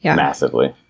yeah massively.